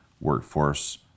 workforce